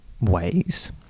Ways